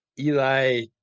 Eli